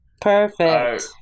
Perfect